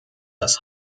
das